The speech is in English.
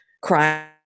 crime